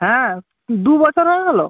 হ্যাঁ দু বছর হয়ে গেলো